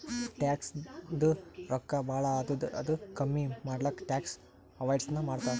ಟ್ಯಾಕ್ಸದು ರೊಕ್ಕಾ ಭಾಳ ಆದುರ್ ಅದು ಕಮ್ಮಿ ಮಾಡ್ಲಕ್ ಟ್ಯಾಕ್ಸ್ ಅವೈಡನ್ಸ್ ಮಾಡ್ತಾರ್